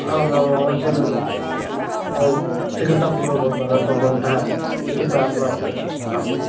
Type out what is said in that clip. आम् आम् आम् अवश्यं शीघ्रतापूर्वकं कुर्वन्तु भवन्तः इति प्रार्थना वर्तते आम्